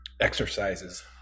exercises